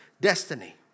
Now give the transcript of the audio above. destiny